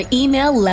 email